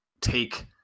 take